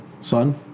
son